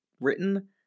written